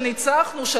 של ניצחנו,